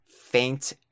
faint